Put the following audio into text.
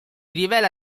rivela